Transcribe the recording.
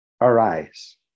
arise